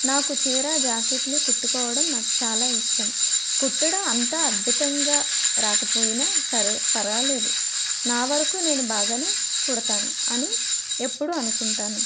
నాకు చీర జాకెట్లు కుట్టుకోవడం నాకు చాలా ఇష్టం కుట్టడం అంతా అద్భుతంగా రాకపోయినా సరే పర్వాలేదు నా వరకు నేను బాగానే కుడతాను అని ఎప్పుడూ అనుకుంటాను